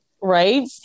right